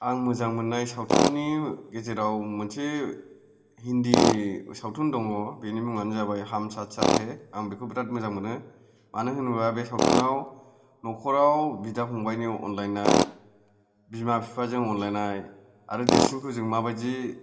आं मोजां मोननाय सावथुननि गेजेराव मोनसे हिन्दी सावथुन दङ बेनि मुङानो जाबाय हाम साथ साथ हे आं बेखौ बिराद मोजां मोनो मानो होनोब्ला बे सावथुनाव न'खराव बिदा फंबाइनि अनज्लायनाय बिमा बिफाजों अनज्लायनाय आरो देरसिनखौ जों माबायदि